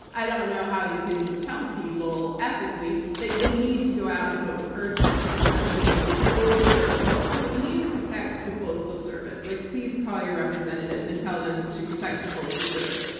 i don't know how you can tell people ethically they they need to go out and vote in person, especially older folks. so we need to protect the postal service. like please call your representatives and tell them to protect the postal service.